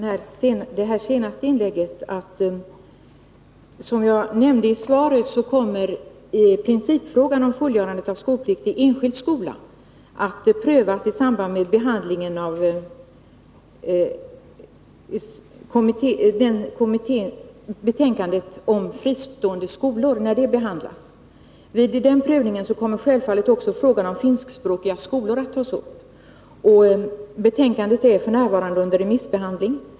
Herr talman! Med anledning av det senaste inlägget vill jag bara göra ett tillägg. Som jag nämnde i svaret kommer principfrågan om fullgörande av skolplikt i enskild skola att prövas i samband med behandlingen av kommittébetänkandet om fristående skolor. Vid den prövningen kommer självfallet också frågan om finskspråkiga skolor att tas upp. Betänkandet är f. n. under remissbehandling.